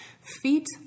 feet